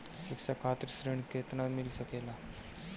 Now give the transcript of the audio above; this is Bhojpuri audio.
शिक्षा खातिर ऋण केतना मिल सकेला?